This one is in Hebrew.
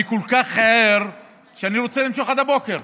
אני כל כך ער, שאני רוצה למשוך עד הבוקר.